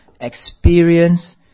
experience